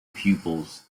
pupils